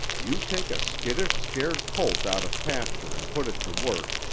you take a skittish, scared colt out of pasture and put it to work,